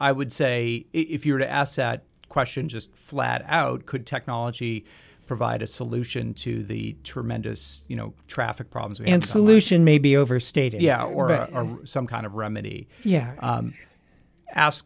i would say if you were to ask that question just flat out could technology provide a solution to the tremendous you know traffic problems and solution may be overstated yeah or some kind of remedy yeah